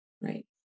right